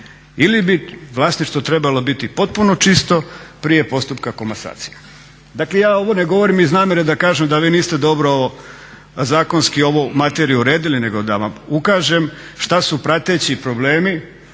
Ili bi vlasništvo trebalo biti potpuno čisto prije postupka komasacije? Dakle, ja ovo ne govorim iz namjere da kažem da vi niste dobro zakonski ovu materiju uredili, nego da vam ukažem što su prateći problemi